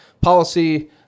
policy